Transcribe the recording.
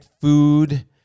food